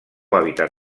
hàbitat